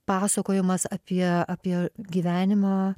pasakojimas apie apie gyvenimą